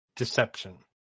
Deception